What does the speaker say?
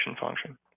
function